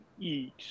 eat